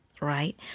right